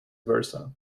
versa